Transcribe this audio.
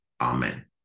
amen